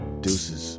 deuces